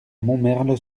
montmerle